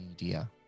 media